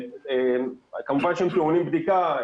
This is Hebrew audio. כמובן שהם טעונים בדיקה.